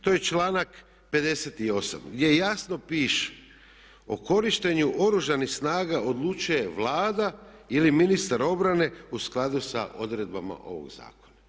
To je Članak 58. gdje jasno piše: "O korištenju Oružanih snaga odlučuje Vlada ili ministar obrane u skladu sa odredbama ovoga Zakona.